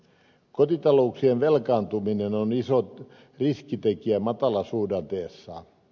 kotitalouksien velkaantuminen on iso riskitekijä matalasuhdanteessa